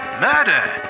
murder